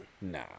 Nah